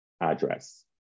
address